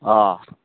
अ